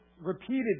repeated